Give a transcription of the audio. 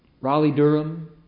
Raleigh-Durham